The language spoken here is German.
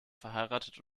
verheiratet